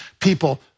people